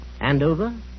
Andover